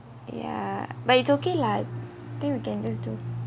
ya but it's okay lah think we can just do